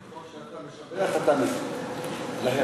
ככל שאתה משבח אתה מזיק להם.